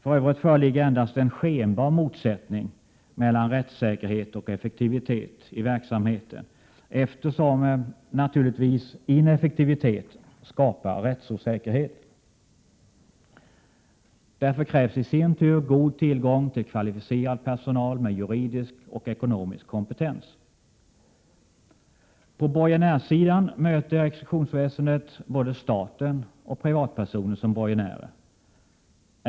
För övrigt föreligger endast en skenbar motsättning mellan rättssäkerhet och effektivitet i verksamheten, eftersom naturligtvis ineffektivitet skapar rättsosäkerhet. Därför krävs i sin tur god tillgång till kvalificerad personal med juridisk och ekonomisk kompetens. På borgenärssidan möter exekutionsväsendet både staten och privatpersoner som borgenärer.